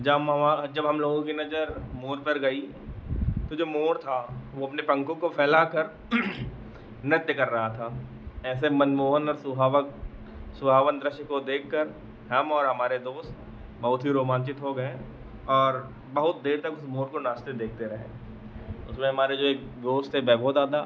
जम हम वहाँ जब हमलोगों की नज़र मोर पर गई तो जो मोर था वह अपने पन्खों को फैलाकर नृत्य कर रहा था ऐसे मनमोहन और सुहावक सुहावन दृश्य को देखकर हम और हमारे दोस्त बहुत ही रोमान्चित हो गए और बहुत देर तक उस मोर को नाचते देखते रहे उसमें हमारे जो एक दोस्त थे वैभव दादा